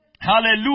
Hallelujah